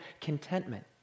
contentment